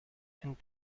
and